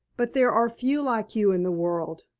but there are few like you in the world.